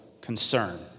concern